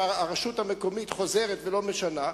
שהרשות המקומית חוזרת ולא משנה,